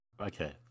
Okay